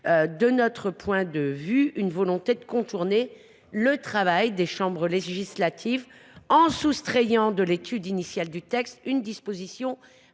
de notre point de vue, la volonté de contourner le travail des chambres législatives en soustrayant de l’étude initiale du texte une disposition